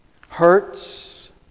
Hurts